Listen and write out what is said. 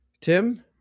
Tim